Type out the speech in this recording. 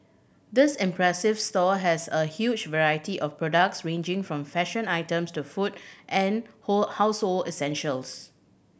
this impressive store has a huge variety of products ranging from fashion items to food and hole household essentials